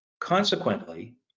Consequently